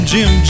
Jim